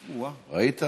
ראית?